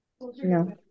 No